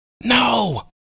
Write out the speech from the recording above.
No